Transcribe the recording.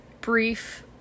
brief